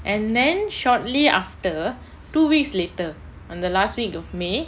and then shortly after two weeks later on the last week of may